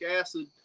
acid